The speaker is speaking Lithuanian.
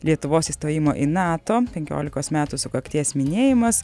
lietuvos įstojimo į nato penkiolikos metų sukakties minėjimas